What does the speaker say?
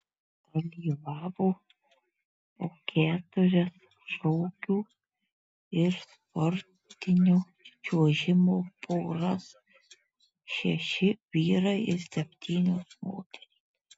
dalyvavo po keturias šokių ir sportinio čiuožimo poras šeši vyrai ir septynios moterys